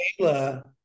kayla